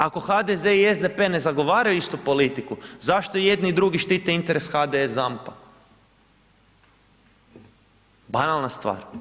Ako HDZ i SDP ne zagovaraju istu politiku, zašto i jedni i drugi štete interes HDS ZAMP-a? banalna stvar.